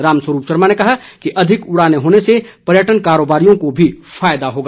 रामस्वरूप शर्मा ने कहा कि अधिक उड़ाने होने से पर्यटन कारोबारियों को भी फायदा होगा